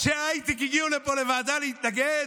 אנשי הייטק הגיעו לפה לוועדה להתנגד.